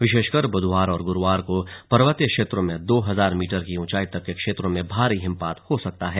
विशेषकर ब्धवार और ग्रुवार को पर्वतीय क्षेत्रों में दो हजार मीटर की ऊंचाई तक के क्षेत्रों में भारी हिमपात हो सकता है